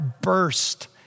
burst